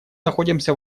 находимся